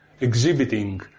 exhibiting